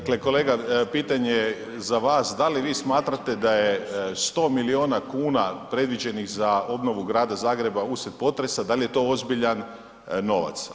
Dakle, kolega pitanje za vas, da li vi smatrate da je 100 milijuna kuna predviđenih za obnovu grada Zagreba uslijed potresa, da li je to ozbiljan novac?